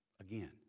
Again